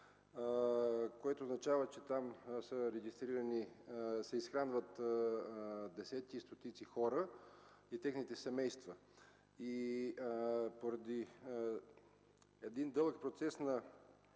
което означава, че там са регистрирани и се изхранват десетки и стотици хора и техните семейства. Поради един дълъг процес на